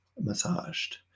massaged